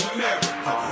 America